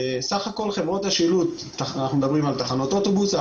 אנחנו מדברים על תחנות אוטובוס,